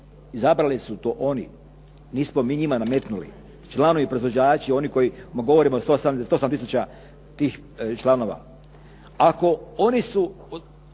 izabrali su to oni, nismo mi njima nametnuli. Članovi, proizvođači, oni o kojima govorimo, 178 tisuća tih članova. Oni su